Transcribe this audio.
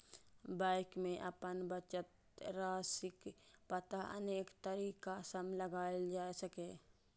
bank मे अपन बचत राशिक पता अनेक तरीका सं लगाएल जा सकैए